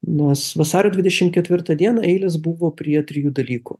nos vasario dvidešim ketvirtą dieną eilės buvo prie trijų dalykų